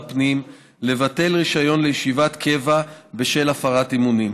הפנים לבטל רישיון לישיבת קבע בשל הפרת אמונים